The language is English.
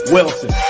Wilson